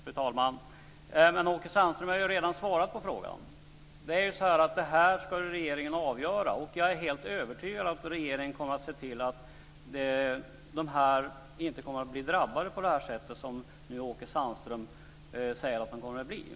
Fru talman! Jag har ju redan svarat på den frågan, Åke Sandström. Detta ska avgöras av regeringen, och jag är helt övertygad om att regeringen kommer att se till att de här småskaliga producenterna inte kommer att bli drabbade på det sätt som Åke Sandström säger kommer att ske.